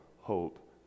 hope